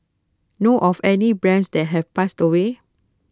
know of any other brands that have passed away